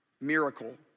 miracle